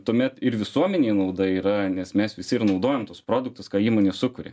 tuomet ir visuomenei nauda yra nes mes visi ir naudojam tuos produktus ką įmonė sukuria